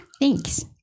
Thanks